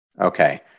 Okay